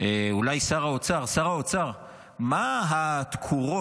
אולי שר האוצר, שר האוצר, מה התקורות